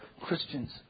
Christians